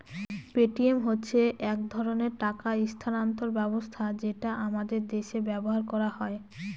Paytm হচ্ছে এক ধরনের টাকা স্থানান্তর ব্যবস্থা যেটা আমাদের দেশে ব্যবহার করা হয়